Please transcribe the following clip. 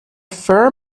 fur